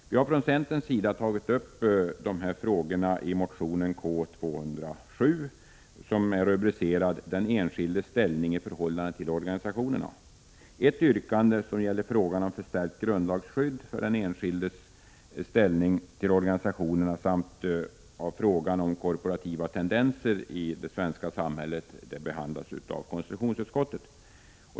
Vi har från centerns sida tagit upp dessa frågor i motion K207. Motionen har rubriken Den enskildes ställning i förhållande till organisationerna. Ett yrkande som gäller frågan om förstärkt grundlagsskydd för den enskildes ställning till organisationerna samt frågan om korporativa tendenser i det svenska samhället behandlas av konstitutionsutskottet.